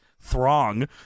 throng